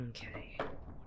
Okay